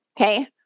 Okay